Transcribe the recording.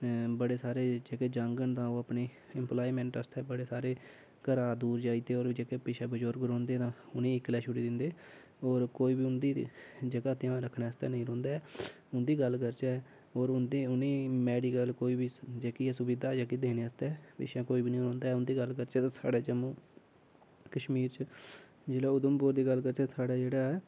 अं बड़े सारे जेह्के जाह्ङन तां ओह् अपनी एम्पलायमैंट आस्तै बड़े सारे घरा दूर जाई ते और जेह्के पिच्छै बजुर्ग रौंह्दे न उ'नें गी इक्कले छोड़ी दिंदे और कोई बी उंदी जेह्का ध्यान रक्खने आस्तै नेईं रौंह्दा ऐ उंदी गल्ल करचै और उंदे उ'नें गी मैडिकल कोई बी जेह्की ऐ सुविधा जेह्की कोई बी देने आस्तै पिच्छै कोई बी नीं रौंह्दा ऐ उं'दी गल्ल करचै तां साढ़े जम्मू कश्मीर च जेल्लै उधमपुर दी गल्ल करचै साढ़े जेह्ड़े